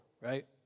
right